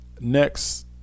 next